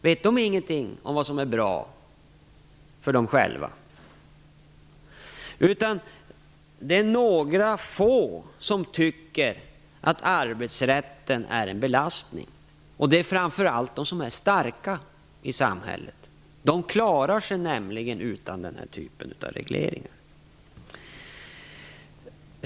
Vet de inte vad som är bra för dem själva? Det är några få som tycker att arbetsrätten är en belastning, framför allt de som är starka i samhället. De klarar sig nämligen utan den här typen av regleringar.